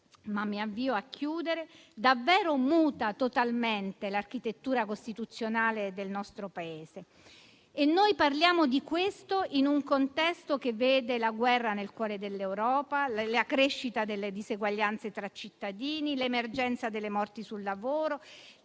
quella della giustizia, davvero muta totalmente l'architettura costituzionale del nostro Paese. Noi parliamo di questo in un contesto che vede la guerra nel cuore dell'Europa, la crescita delle diseguaglianze tra cittadini, l'emergenza delle morti sul lavoro.